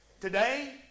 Today